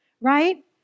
right